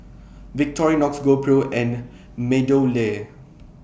Victorinox GoPro and Meadowlea